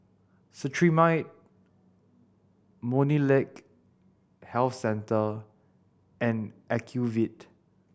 Cetrimide Molnylcke Health Care and Ocuvite